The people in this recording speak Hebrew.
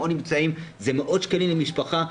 זה מאות שקלים למשפחה.